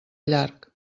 llarg